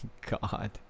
god